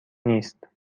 نیست